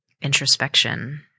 introspection